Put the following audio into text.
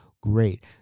great